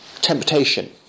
temptation